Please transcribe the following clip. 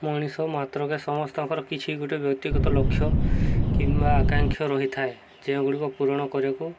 ମଣିଷ ମାତ୍ରକେ ସମସ୍ତଙ୍କର କିଛି ଗୋଟେ ବ୍ୟକ୍ତିଗତ ଲକ୍ଷ୍ୟ କିମ୍ବା ଆକାଂକ୍ଷା ରହିଥାଏ ଯେଉଁଗୁଡ଼ିକ ପୂରଣ କରିବାକୁ